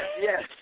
Yes